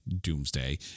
Doomsday